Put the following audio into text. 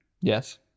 yes